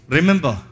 Remember